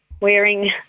wearing